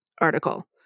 article